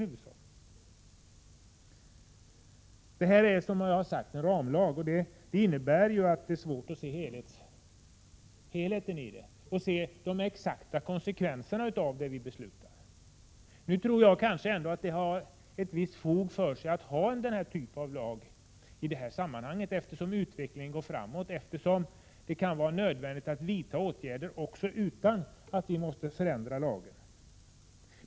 Denna djurskyddslag är, som jag tidigare har sagt, en ramlag. Det innebär att det är svårt att se helheten och de exakta konsekvenserna av det beslut som vi fattar. Jag tror emellertid att det finns ett visst fog för att ha denna typ av lag i detta sammanhang, då utvecklingen går framåt och det kan vara nödvändigt att vidta åtgärder utan att ändra lagen.